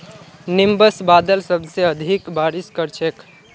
nimbus बादल सबसे अधिक बारिश कर छेक